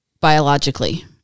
biologically